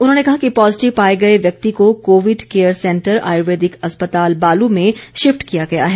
उन्होंने कहा कि पॉजिटिव पाए गए व्यक्ति को कोविड केयर सेंटर आयुर्वेदिक अस्पताल बालू में शिफ़्ट किया गया है